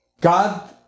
God